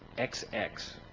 ex ex.